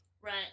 Right